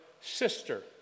sister